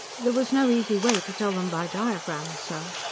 there was no easy way to tell them by diagrams, sir.